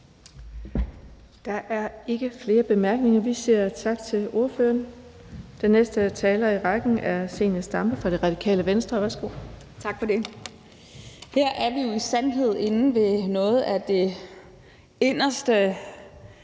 Der er ikke flere korte bemærkninger. Vi siger tak til ordføreren. Den næste taler i rækken er Zenia Stampe fra Radikale Venstre. Værsgo. Kl. 15:01 (Ordfører) Zenia Stampe (RV): Tak for det. Her er vi jo i sandhed inde ved noget af det inderste,